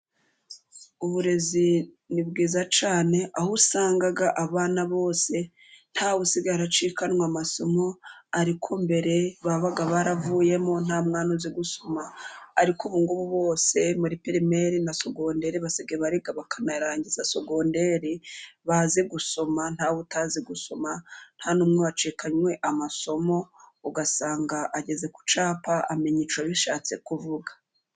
Uburezi ni bwiza cyane aho usanga abana bose ntawe usigaye aracikanwa amasomo. Ariko mbere babaga baravuyemo ,nta mwana uzi gusoma. Ariko ubungubu bose muri pirimere na sekondere basigaye bariga bakanayarangiza . Segondere bazi gusoma ntawe utazi gusoma n'umwe wacikanywe amasomo, ugasanga ageze ku cyapa amenye icyo bishatse kuvuga.